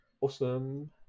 awesome